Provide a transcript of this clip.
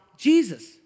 Jesus